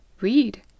Read